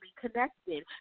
connected